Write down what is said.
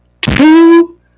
two